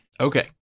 Okay